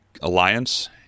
alliance